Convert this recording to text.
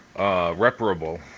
Reparable